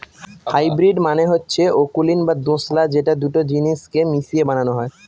hybrid মানে হচ্ছে অকুলীন বা দোঁশলা যেটা দুটো জিনিস কে মিশিয়ে বানানো হয়